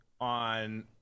on